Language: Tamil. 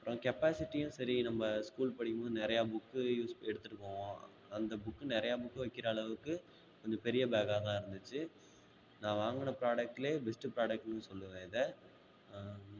அப்புறம் கெப்பாசிட்டியும் சரி நம்ம ஸ்கூல் படிக்கும் போது நிறையா புக்கு யூஸ் எடுத்துட்டு போவோம் அந்த புக்கு நிறையா புக்கு வைக்கிற அளவுக்கு கொஞ்சம் பெரிய பேக்காக தான் இருந்துச்சு நான் வாங்கின ப்ராடக்ட்லே பெஸ்ட்டு ப்ராடக்ட்னு சொல்லுவேன் இதை